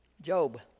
Job